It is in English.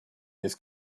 this